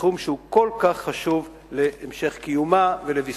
בתחום שהוא כל כך חשוב להמשך קיומה ולביסוסה.